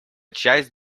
часть